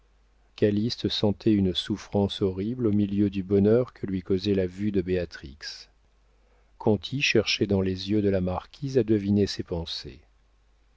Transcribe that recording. calyste sentait une souffrance horrible au milieu du bonheur que lui causait la vue de béatrix conti cherchait dans les yeux de la marquise à deviner ses pensées